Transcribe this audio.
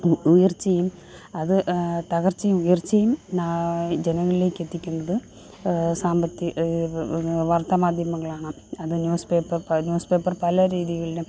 ഉയർച്ചയും അത് തകർച്ചയും ഉയർച്ചയും ജനങ്ങളിലേക്ക് എത്തിക്കുന്നത് സാമ്പത്തി വാർത്താമാധ്യമങ്ങളാണ് അത് ന്യൂസ്പേപ്പർ ന്യൂസ്പേപ്പർ പല രീതികളിലും